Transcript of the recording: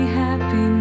happy